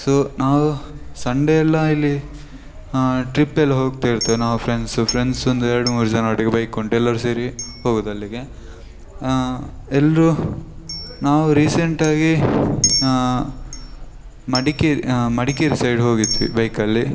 so ನಾವು Sunday ಎಲ್ಲ ಇಲ್ಲಿ ಟ್ರಿಪ್ಪೆಲ್ಲ ಹೋಗ್ತಾ ಇರ್ತೇವೆ ನಾವು ಫ್ರೆಂಡ್ಸು ಫ್ರೆಂಡ್ಸ್ ಒಂದು ಎರಡು ಮೂರು ಜನ ಒಟ್ಟಿಗೆ ಬೈಕ್ ಉಂಟು ಎಲ್ಲರು ಸೇರಿ ಹೋಗೋದಲ್ಲಿಗೆ ಎಲ್ಲರೂ ನಾವು ರೀಸೆಂಟಾಗಿ ಮಡಿಕೇರಿ ಮಡಿಕೇರಿ ಸೈಡ್ ಹೋಗಿದ್ವಿ ಬೈಕಲ್ಲಿ